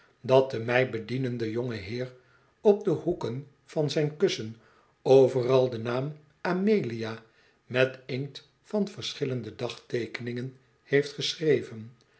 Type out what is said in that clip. dat do mij bedienende jongeheer op de hoeken van zijn kussen overal den naam amelia met inkt van verschillende dagteekeningen heeft geschreven